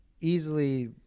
easily